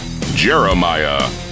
Jeremiah